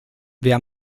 wer